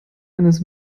eines